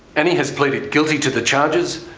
annie has pleaded guilty to the charges,